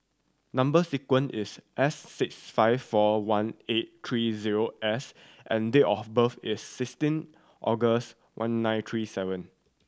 number sequence is S six five four one eight three zero S and date of birth is sixteen August one nine three seven